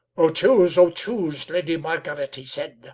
o chuse, o chuse, lady margaret, he said,